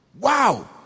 Wow